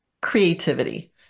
creativity